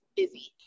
busy